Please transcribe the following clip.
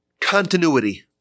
continuity